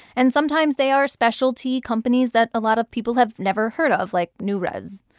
and sometimes they are specialty companies that a lot of people have never heard of, like newrez.